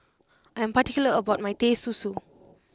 I am particular about my Teh Susu